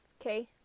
okay